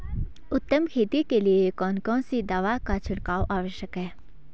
उत्तम खेती के लिए कौन सी दवा का छिड़काव आवश्यक है?